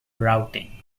routing